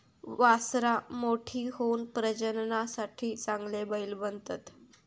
वासरां मोठी होऊन प्रजननासाठी चांगले बैल बनतत